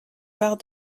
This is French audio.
barre